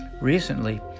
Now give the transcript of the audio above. Recently